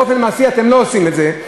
באופן מעשי אתם לא עושים את זה,